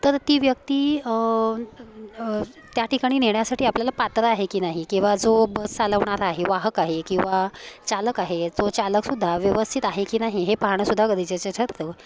तर ती व्यक्ती त्या ठिकाणी नेण्यासाठी आपल्याला पात्र आहे की नाही किंवा जो बस चालवणारा आहे वाहक आहे किंवा चालक आहे तो चालकसुद्धा व्यवस्थित आहे की नाही हे पाहणंसुद्धा गरजेचं ठरतं